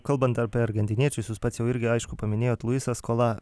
kalbant apie argentiniečius jūs pats jau irgi aišku paminėjot luisas skola